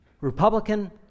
Republican